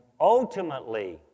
ultimately